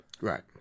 Right